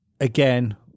again